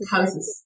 Houses